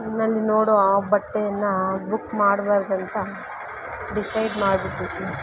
ಇನ್ನಲ್ಲಿ ನೋಡೋ ಆ ಬಟ್ಟೆಯನ್ನು ಬುಕ್ ಮಾಡಬಾರ್ದಂತ ಡಿಸೈಡ್ ಮಾಡಿಬಿಟ್ಟಿದ್ದಿನಿ